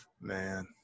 Man